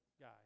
guy